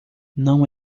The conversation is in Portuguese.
não